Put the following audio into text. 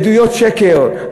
עדויות שקר,